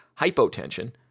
hypotension